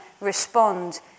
respond